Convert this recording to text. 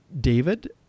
David